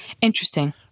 Interesting